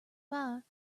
fire